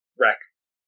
Rex